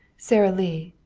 sara lee,